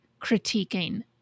critiquing